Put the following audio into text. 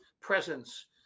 presence